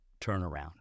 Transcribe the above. turnaround